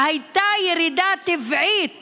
שהייתה ירידה טבעית